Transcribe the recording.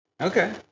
Okay